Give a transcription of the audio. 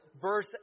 verse